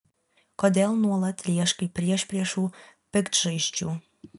kodėl nuolat ieškai priešpriešų piktžaizdžių